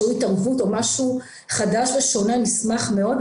התערבות או משהו חדש ושונה נשמח מאוד.